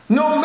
no